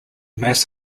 mass